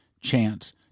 chance